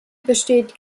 besteht